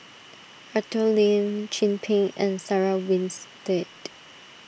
Arthur Lim Chin Peng and Sarah Winstedt